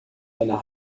einer